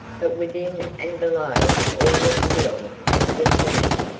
but within and below all was still as the tomb,